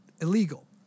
illegal